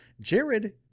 Jared